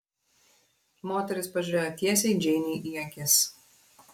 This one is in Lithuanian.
moteris pažiūrėjo tiesiai džeinei į akis